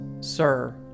Sir